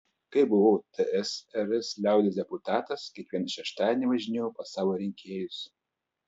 kai buvau tsrs liaudies deputatas kiekvieną šeštadienį važinėjau pas savo rinkėjus